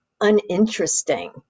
uninteresting